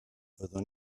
fyddwn